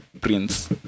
Prince